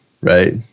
right